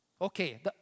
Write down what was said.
Okay